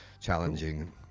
challenging